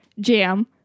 jam